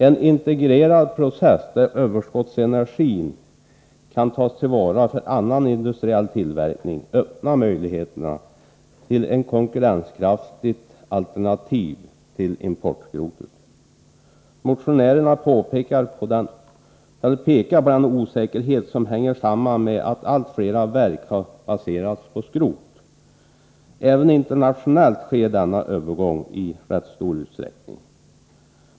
En integrerad process där överskottsenergin kan tas till vara för annan industriell tillverkning öppnar möjligheterna till ett konkurrenskraftigt alternativ till importskrot. Motionärerna pekar på den osäkerhet som hänger samman med att allt flera verk har baserats på skrot. Även internationellt sker denna övergång i rätt stor utsträckning.